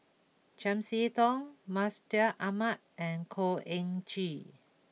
Chiam See Tong Mustaq Ahmad and Khor Ean Ghee